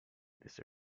this